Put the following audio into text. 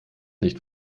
nicht